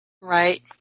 Right